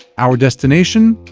our destination?